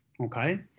Okay